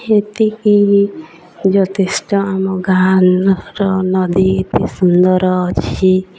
ଏତିକି ଯଥେଷ୍ଟ ଆମ ଗାଁର ନଦୀ ଏତେ ସୁନ୍ଦର ଅଛି